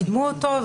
קידמו אותו,